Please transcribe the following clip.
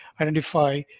identify